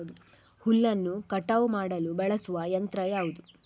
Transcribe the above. ಹುಲ್ಲನ್ನು ಕಟಾವು ಮಾಡಲು ಬಳಸುವ ಯಂತ್ರ ಯಾವುದು?